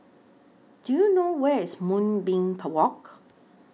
Do YOU know Where IS Moonbeam Walk